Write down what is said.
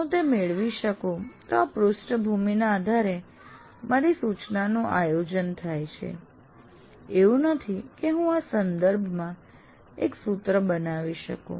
જો હું તે મેળવી શકું તો આ પૃષ્ઠભૂમિના આધારે મારી સૂચનાનું આયોજન થાય છે એવું નથી કે હું આ સંદર્ભમાં એક સૂત્ર બનાવી શકું